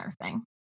nursing